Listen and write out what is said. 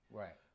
right